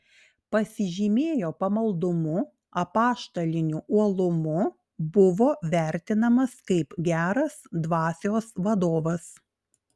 pasižymėjo pamaldumu apaštaliniu uolumu buvo vertinamas kaip geras dvasios vadovas